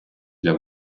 для